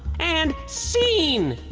and scene!